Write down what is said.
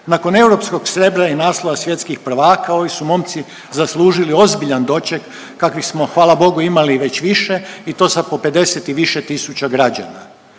Nakon europskog srebra i naslova svjetskih prvaka ovi su momci zaslužili ozbiljan doček kakvih smo hvala bogu imali već više i to sa po 50 i više tisuća građana.